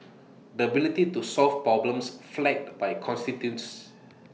the ability to solve problems flagged by constituents